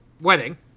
wedding